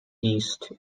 east